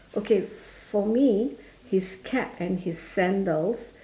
okay for me his cap and his sandals